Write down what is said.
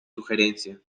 sugerencia